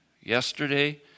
yesterday